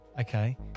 Okay